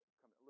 come